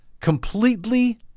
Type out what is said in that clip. completely